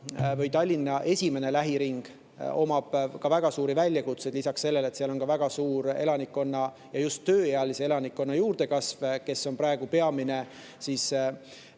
või Tallinna esimene lähiring omab ka väga suuri väljakutseid. Lisaks sellele, et seal on väga suur elanikkonna, just tööealise elanikkonna juurdekasv, kes on praegu peamine